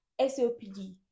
sopd